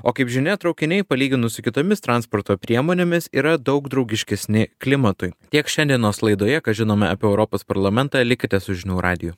o kaip žinia traukiniai palyginus su kitomis transporto priemonėmis yra daug draugiškesni klimatui tiek šiandienos laidoje ką žinome apie europos parlamentą likite su žinių radiju